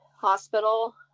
hospital